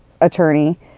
attorney